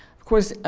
of course,